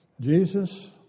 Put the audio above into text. Jesus